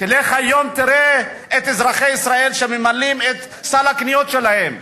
תלך היום ותראה את אזרחי ישראל שממלאים את סל הקניות שלהם.